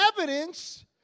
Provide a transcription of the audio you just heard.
evidence